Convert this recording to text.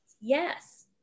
yes